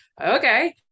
okay